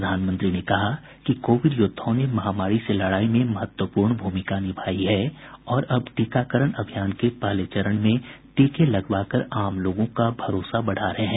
प्रधानमंत्री ने कहा कि कोविड योद्वाओं ने महामारी से लड़ाई में महत्वपूर्ण भूमिका निभाई है और अब टीकाकरण अभियान के पहले चरण में टीके लगवाकर आम लोगों का भरोसा बढ़ा रहे हैं